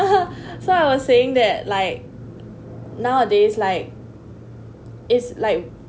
so I was saying that like nowadays like is like